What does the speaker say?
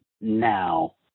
now